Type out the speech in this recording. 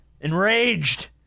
Enraged